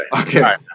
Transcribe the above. Okay